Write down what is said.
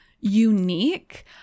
unique